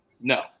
No